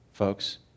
folks